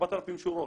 4,000 שורות?